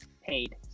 paid